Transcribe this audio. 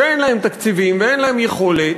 שאין להן תקציבים ואין להן יכולת,